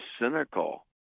cynical